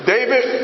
David